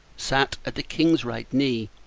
sat at the king's right knee,